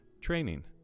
training